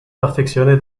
perfectionné